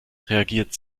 reagiert